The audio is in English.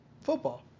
football